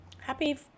Happy